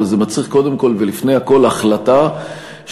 אבל זה מצריך קודם כול ולפני הכול החלטה שאנחנו